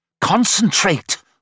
Concentrate